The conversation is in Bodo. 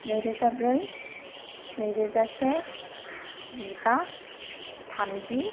नैरोजा ब्रै नैरोजा से जिबा थामजि